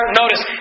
notice